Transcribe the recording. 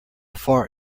far